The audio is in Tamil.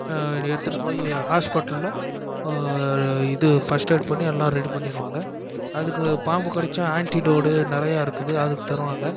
எடுத்துட்டு போய் ஹாஸ்பிட்டலில் இது ஃபஸ்ட் எய்டு பண்ணி எல்லாம் ரெடி பண்ணிடுவாங்க அதுக்கு பாம்பு கடித்தா ஆன்ட்டிடோடு நிறையா இருக்குது அது தருவாங்க